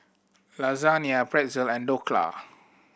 Lasagna Pretzel and Dhokla